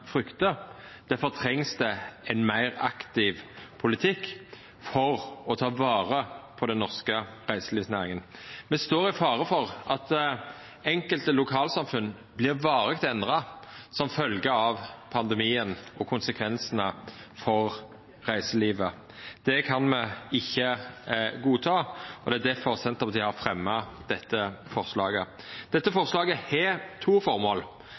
fryktar. Difor trengst det ein meir aktiv politikk for å ta vare på den norske reiselivsnæringa. Me står i fare for at enkelte lokalsamfunn vert varig endra som følgje av pandemien med konsekvensar for reiselivet. Det kan me ikkje godta, og det er difor Senterpartiet har fremja dette forslaget. Dette forslaget har to